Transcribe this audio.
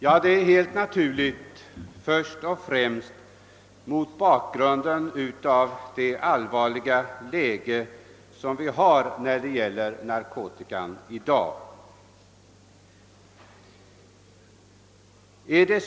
Ja, anledningen därtill är = naturligtvis först och främst det allvarliga läge som i dag råder på narkotikaområdet.